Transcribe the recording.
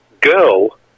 Girl